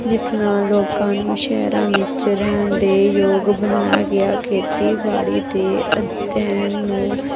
ਜਿਸ ਨਾਲ ਲੋਕਾਂ ਨੂੰ ਸ਼ਹਿਰਾਂ ਵਿੱਚ ਰਹਿਣ ਦੇ ਯੋਗ ਬਣਾਇਆ ਗਿਆ ਖੇਤੀਬਾੜੀ ਦੇ ਅਧਿਐਨ ਨੂੰ